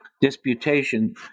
disputation